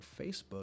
facebook